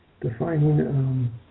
defining